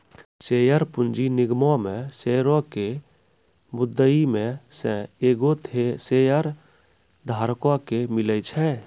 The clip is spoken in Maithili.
शेयर पूंजी निगमो मे शेयरो के मुद्दइ मे से एगो शेयरधारको के मिले छै